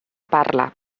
parla